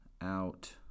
out